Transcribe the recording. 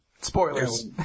Spoilers